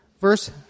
verse